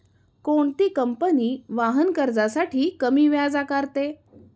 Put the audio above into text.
कोणती कंपनी वाहन कर्जासाठी कमी व्याज आकारते?